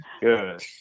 Good